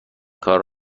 کار